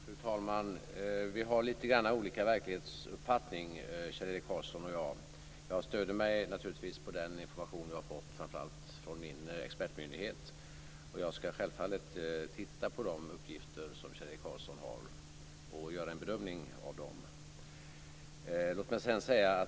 Fru talman! Vi har lite grann olika verklighetsuppfattning Kjell-Erik Karlsson och jag. Jag stöder mig naturligtvis på den information som jag har fått framför allt från min expertmyndighet. Jag skall självfallet titta på de uppgifter som Kjell-Erik Karlsson har och göra en bedömning av dem.